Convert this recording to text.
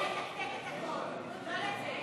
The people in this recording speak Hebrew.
נתקבלה.